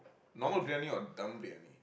normal Briyani or dum Briyani